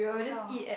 ya